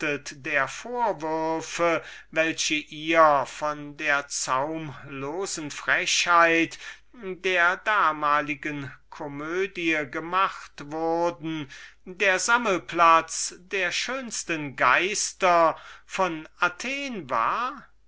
der vorwürfe welche ihr von der zaumlosen frechheit der damaligen komödie gemacht wurden der sammelplatz der schönsten geister von athen war